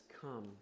come